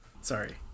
sorry